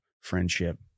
friendship